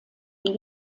die